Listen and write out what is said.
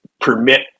permit